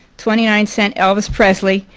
twenty nine cent elvis presley,